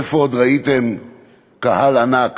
איפה עוד ראיתם קהל ענק